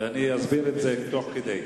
ואני אסביר תוך כדי: